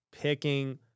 picking